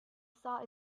saw